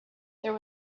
there